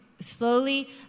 Slowly